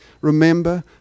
remember